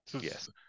yes